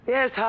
Yes